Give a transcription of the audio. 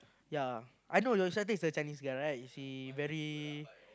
ya I know those statistics Chinese guy right she very